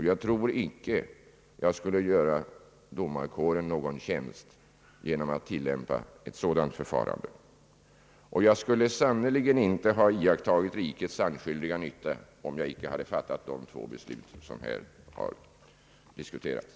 Jag tror icke att jag skulle göra domarkåren någon tjänst genom att tillämpa ett sådant förfarande, och jag skulle sannerligen icke ha iakttagit rikets sannskyldiga nytta om jag icke hade fattat de två beslut som här har diskuterats.